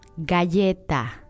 Galleta